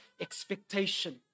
expectation